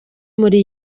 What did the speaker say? muri